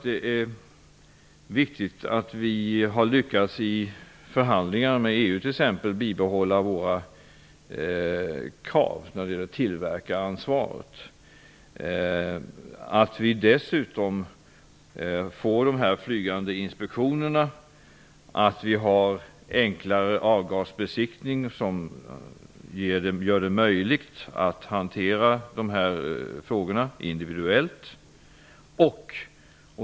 Det är viktigt att vi t.ex. i förhandlingarna med EU har lyckats bibehålla våra krav vad gäller tillverkaransvaret. Att vi dessutom får flygande inspektioner och har enklare avgasbesiktning gör det möjligt att hantera dessa frågor individuellt.